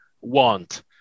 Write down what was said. want